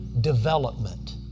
development